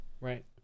Right